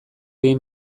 egin